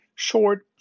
short